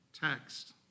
text